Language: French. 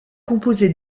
composé